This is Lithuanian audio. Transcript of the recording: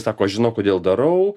sako žinau kodėl darau